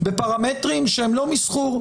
בפרמטרים שהם לא מסחור,